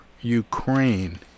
ukraine